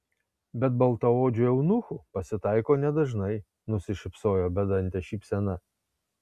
bet baltaodžių eunuchų pasitaiko nedažnai nusišypsojo bedante šypsena